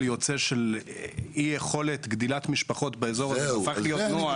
יוצא של אי יכולת גדילת משפחות באזור שהפך להיות נוהל.